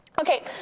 Okay